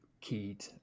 keyed